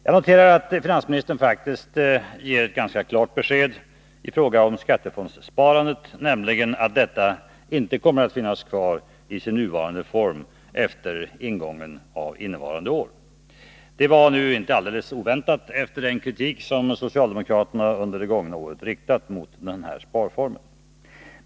Jag noterar att finansministern faktiskt givit ett klart besked i fråga om skattefondssparandet, nämligen att detta inte kommer att finnas kvar i nuvarande former efter utgången av innevarande år. Det var väl inte alldeles oväntat efter den kritik som socialdemokraterna under de gångna åren riktat mot denna sparform.